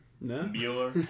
no